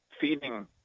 feeding